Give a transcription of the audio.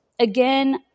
Again